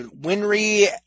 Winry